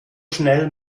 schnell